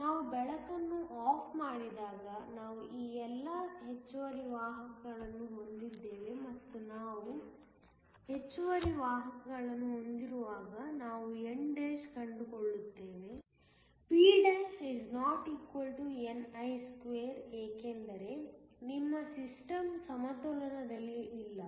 ನಾವು ಬೆಳಕನ್ನು ಆಫ್ ಮಾಡಿದಾಗ ನಾವು ಈ ಎಲ್ಲಾ ಹೆಚ್ಚುವರಿ ವಾಹಕಗಳನ್ನು ಹೊಂದಿದ್ದೇವೆ ಮತ್ತು ನಾವು ಹೆಚ್ಚುವರಿ ವಾಹಕಗಳನ್ನು ಹೊಂದಿರುವಾಗ ನಾವು n′ ಕಂಡುಕೊಳ್ಳುತ್ತೇವೆ p′ ≠ ni2 ಏಕೆಂದರೆ ನಿಮ್ಮ ಸಿಸ್ಟಮ್ ಸಮತೋಲನದಲ್ಲಿಲ್ಲ